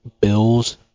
Bills